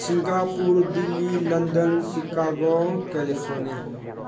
Singapore Delhi London Chicago California